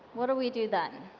what do we do then?